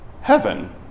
Heaven